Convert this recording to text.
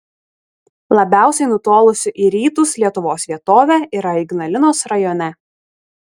labiausiai nutolusi į rytus lietuvos vietovė yra ignalinos rajone